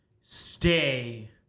Stay